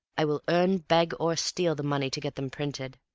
i will earn, beg or steal the money to get them printed.